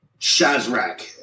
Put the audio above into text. Shazrak